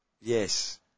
Yes